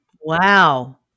Wow